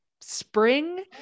spring